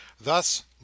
Thus